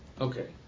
Okay